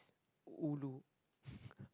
ulu